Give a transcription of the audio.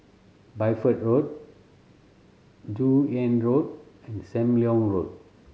Bideford Road Joon Hiang Road and Sam Leong Road